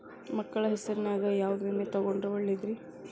ಮಕ್ಕಳ ಹೆಸರಿನ್ಯಾಗ ಯಾವ ವಿಮೆ ತೊಗೊಂಡ್ರ ಒಳ್ಳೆದ್ರಿ?